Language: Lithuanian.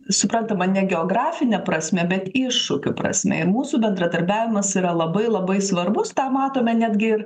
suprantama ne geografine prasme bet iššūkių prasme ir mūsų bendradarbiavimas yra labai labai svarbus tą matome netgi ir